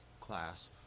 Class